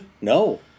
no